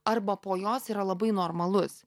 arba po jos yra labai normalus